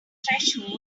threshold